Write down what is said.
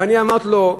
ואני אמרתי לו: